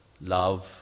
Love